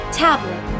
tablet